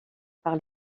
par